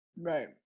Right